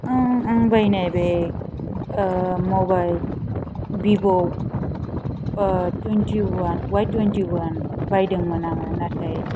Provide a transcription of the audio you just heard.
आं बायनाय बे मबाइल भिभ' टुइटिअवान अवाय टुइटिअवान बायदोंमोन आङो नाथाय